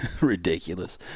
ridiculous